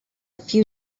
few